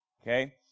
Okay